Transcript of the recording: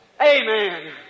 Amen